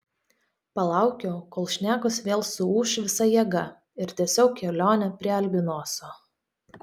palaukiau kol šnekos vėl suūš visa jėga ir tęsiau kelionę prie albinoso